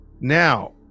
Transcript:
Now